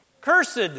Cursed